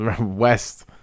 West